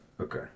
Okay